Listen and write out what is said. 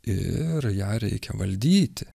ir ją reikia valdyti